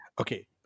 Okay